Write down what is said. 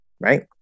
right